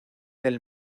del